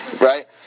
Right